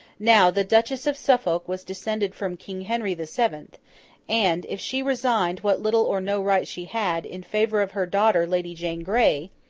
now, the duchess of suffolk was descended from king henry the seventh and, if she resigned what little or no right she had, in favour of her daughter lady jane grey,